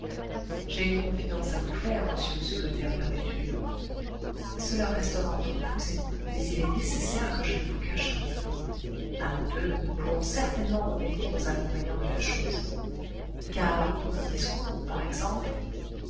j'ai une confidence à vous faire monsieur le secrétaire perpétuel cela restera entre vous et moi mais il est nécessaire que je ne vous cache rien a nous deux nous pourrons certainement remédier aux inconvénients de la chose car pour le discours par exemple